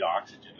oxygen